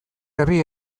herri